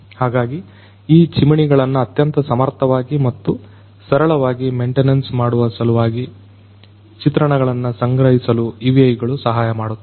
ಹಾಗಾಗಿಈ ಚಿಮಣಿಗಳನ್ನು ಅತ್ಯಂತ ಸಮರ್ಥವಾಗಿ ಮತ್ತು ಸರಳವಾಗಿ ಮೆಂಟೇನೆನ್ಸ್ ಮಾಡುವ ಸಲುವಾಗಿ ಚಿತ್ರಣಗಳನ್ನು ಸಂಗ್ರಹಿಸಲು UAVಗಳು ಸಹಾಯಮಾಡುತ್ತದೆ